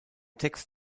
text